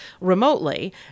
remotely